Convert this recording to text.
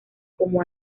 como